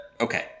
okay